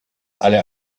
alle